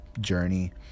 journey